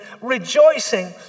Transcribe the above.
rejoicing